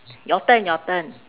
your turn your turn